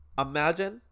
Imagine